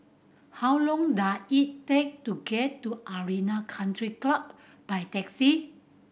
how long does it take to get to Arena Country Club by taxi